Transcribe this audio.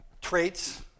traits